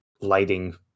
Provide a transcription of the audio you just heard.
lighting